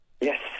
Yes